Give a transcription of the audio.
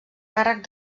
càrrec